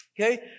Okay